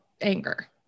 anger